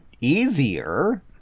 easier